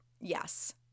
Yes